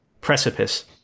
precipice